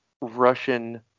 Russian